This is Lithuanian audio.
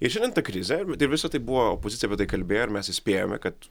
ir šiandien ta krizė ir visa tai buvo opozicija apie tai kalbėjo ir mes įspėjome kad